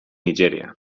nigèria